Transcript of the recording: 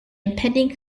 impending